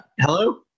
Hello